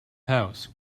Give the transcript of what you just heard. house